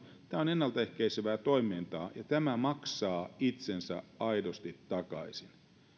ennaltaehkäisevää toimintaa ja tämä maksaa itsensä aidosti takaisin